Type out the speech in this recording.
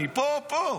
אם מפה או פה.